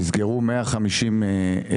שנסגרו 150 אגודות,